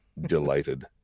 Delighted